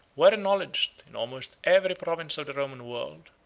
were acknowledged, in almost every province of the roman world,